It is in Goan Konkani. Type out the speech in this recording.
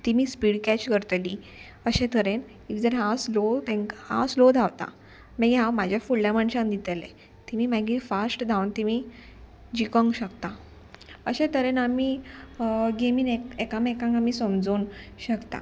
तिमी स्पीड कॅच करतली अशें तरेन इफ जर हांव स्लो तेंका हांव स्लो धांवता मागी हांव म्हाज्या फुडल्या मनशान दितले तिमी मागीर फास्ट धांवन तेमी जिकोंक शकता अशें तरेन आमी गेमीन एकामेकांक आमी समजोवंक शकता